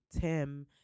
tim